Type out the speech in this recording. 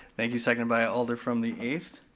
thank you, second by alder from the eighth.